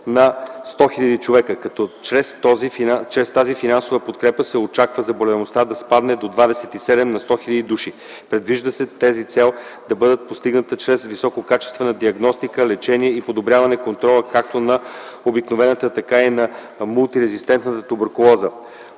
на 100 000 човека, като чрез тази финансова подкрепа се очаква заболеваемостта да спадне до 27 на 100 000 души. Предвижда се тази цел да бъде постигната чрез висококачествена диагностика, лечение и подобряване на контрола както на обикновената, така и на мултирезистентната туберкулоза.